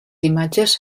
imatges